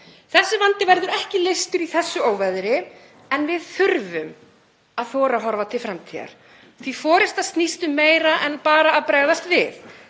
Þessi vandi verður ekki leystur í þessu óveðri en við þurfum að þora að horfa til framtíðar því forysta snýst um meira en bara að bregðast við.